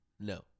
No